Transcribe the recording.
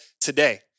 today